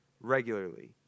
regularly